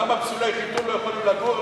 למה פסולי חיתון לא יכולים לגור?